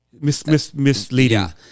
misleading